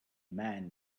man